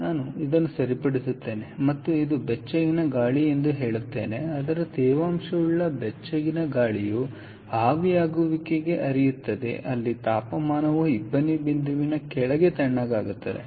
ನಾನು ಇದನ್ನು ಸರಿಪಡಿಸುತ್ತೇನೆ ಮತ್ತು ಇದು ಬೆಚ್ಚಗಿನ ಗಾಳಿ ಎಂದು ಹೇಳುತ್ತೇನೆ ಅದರ ತೇವಾಂಶವುಳ್ಳ ಬೆಚ್ಚಗಿನ ಗಾಳಿಯು ಆವಿಯಾಗುವಿಕೆಗೆ ಹರಿಯುತ್ತದೆ ಅಲ್ಲಿ ತಾಪಮಾನವು ಇಬ್ಬನಿ ಬಿಂದುವಿನ ಕೆಳಗೆ ತಣ್ಣಗಾಗುತ್ತದೆ